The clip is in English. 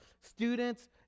students